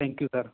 thank you sir